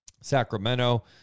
Sacramento